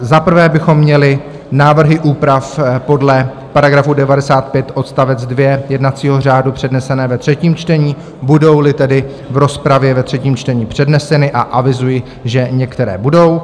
Za prvé bychom měli návrhy úprav podle § 95 odst. 2 jednacího řádu přednesené ve třetím čtení, budouli tedy v rozpravě ve třetím čtení předneseny, a avizuji, že některé budou.